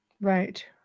Right